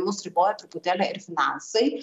mus riboja truputėlį ir finansai